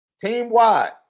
Team-wide